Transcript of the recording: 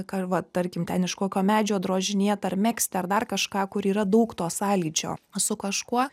ką va tarkim ten iš kokio medžio drožinėt ar megzti ar dar kažką kur yra daug to sąlyčio su kažkuo